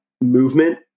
movement